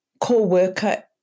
co-worker